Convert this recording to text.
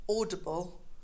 audible